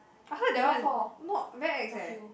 I heard that one not very ex eh